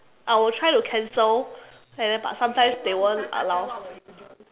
I will try to cancel and then but sometimes they won't allow